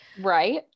Right